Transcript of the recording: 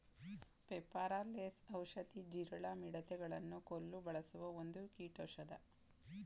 ಪೆಪಾರ ಲೆಸ್ ಔಷಧಿ, ಜೀರಳ, ಮಿಡತೆ ಗಳನ್ನು ಕೊಲ್ಲು ಬಳಸುವ ಒಂದು ಕೀಟೌಷದ